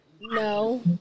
No